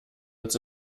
uns